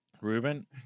Ruben